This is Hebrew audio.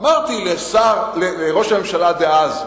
אמרתי לראש הממשלה דאז,